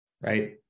right